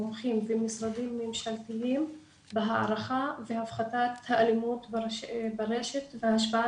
מומחים ומשרדים ממשלתיים בהערכה והפחתת האלימות ברשת וההשפעה